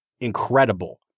incredible